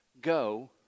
Go